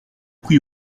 prie